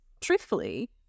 truthfully